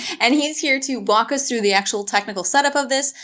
and he's here to walk us through the actual technical setup of this.